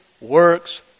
works